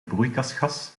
broeikasgas